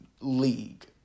league